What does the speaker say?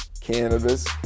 cannabis